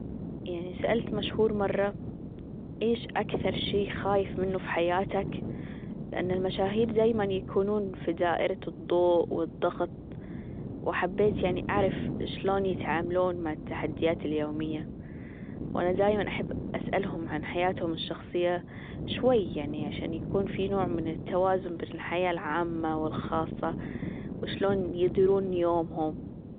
يعني سألت مشهور مرة إيش أكثر شي خايف منه في حياتك؟ لأن المشاهير دايما يكونون في دائرة الضوء والضغط وحبيت يعني أعرف شلون يتعاملون مع التحديات اليومية؟ وأنا دايما أحب أسألهم عن حياتهم الشخصية شوية يعني عشان يكون في نوع من التوازن بالحياة العامة والخاصة وشلون يديرون يومهم.